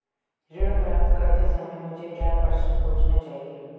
ऋण प्राप्त करते समय मुझे क्या प्रश्न पूछने चाहिए?